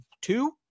two